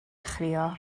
chrio